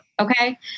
Okay